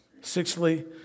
Sixthly